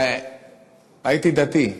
הייתי דתי,